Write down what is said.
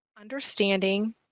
understanding